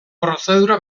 prozedura